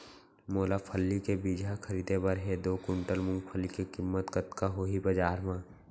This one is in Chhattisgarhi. मोला फल्ली के बीजहा खरीदे बर हे दो कुंटल मूंगफली के किम्मत कतका होही बजार म?